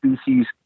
species